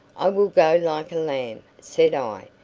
i will go like a lamb, said i,